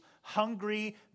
hungry